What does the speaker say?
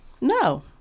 no